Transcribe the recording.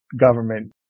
government